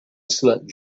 slept